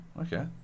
okay